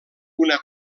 una